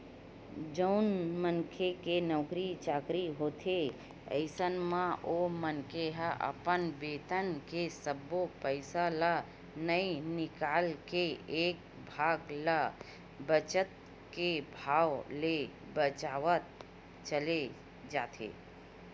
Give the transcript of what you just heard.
जउन मनखे के नउकरी चाकरी होथे अइसन म ओ मनखे ह अपन बेतन के सब्बो पइसा ल नइ निकाल के एक भाग ल बचत के भाव ले बचावत चले जाथे